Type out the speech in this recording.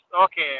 okay